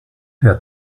der